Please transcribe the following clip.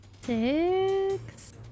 six